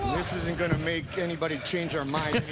going to make anybody change their mind.